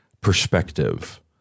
perspective